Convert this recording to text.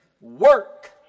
Work